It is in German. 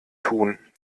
tun